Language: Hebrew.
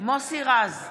מוסי רז,